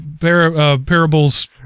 parables